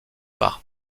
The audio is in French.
par